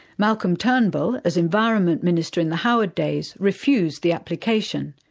malcolm turnbull, as environment minister in the howard days, refused the application.